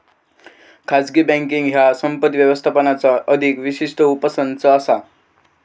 खाजगी बँकींग ह्या संपत्ती व्यवस्थापनाचा अधिक विशिष्ट उपसंच असा